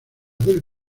del